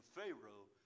Pharaoh